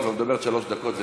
היא כבר מדברת שלוש דקות,